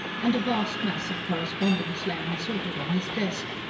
and a vast mass of correspondence lay unsorted on his desk.